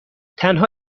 تنها